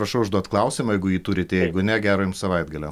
prašau užduot klausimą jeigu jį turite jeigu ne gero jums savaitgalio